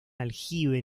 aljibe